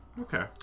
Okay